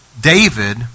David